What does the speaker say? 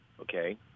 Okay